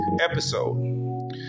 episode